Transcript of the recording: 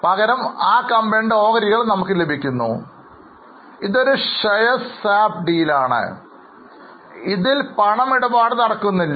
പകരം ആ കമ്പനിയുടെ ഓഹരികൾ നമുക്ക് ലഭിക്കുന്നു ഇതൊരു ഷെയർ സ്വാപ്പ് ഡീൽ ആണ് ഇതിൽ പണമിടപാട് നടക്കുന്നില്ല